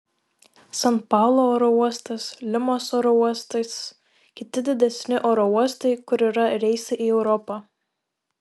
san paulo oro uostas limos oro uostas kiti didesni oro uostai kur yra reisai į europą